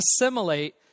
assimilate